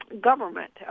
government